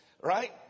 right